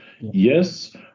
Yes